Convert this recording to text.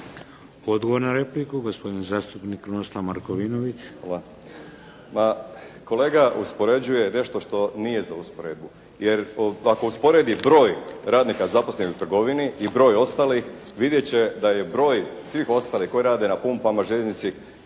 Odgovor na repliku, gospodin zastupnik Krunoslav Markovinović. **Markovinović, Krunoslav (HDZ)** Pa kolega uspoređuje nešto što nije za usporedbu, jer ako usporedi broj radnika zaposlenih u trgovini i broj ostalih vidjet će da je broj svih ostalih koji rade na pumpama, željeznici